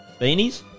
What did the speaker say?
beanies